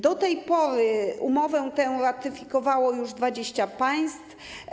Do tej pory umowę tę ratyfikowało już 20 państw.